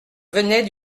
venait